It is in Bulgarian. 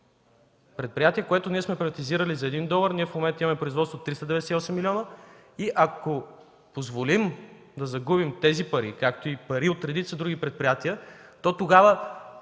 предприятие, което ние сме приватизирали за един долар, ние в момента имаме производство 398 милиона. Ако позволим да загубим тези пари, както и пари от редица други предприятия, то тогава